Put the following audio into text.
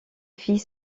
fit